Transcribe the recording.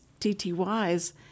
TTYs